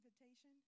invitation